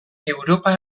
europa